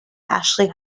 ashley